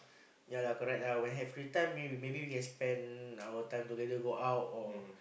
ya lah correct lah when have free time may maybe we can spend our time together go out or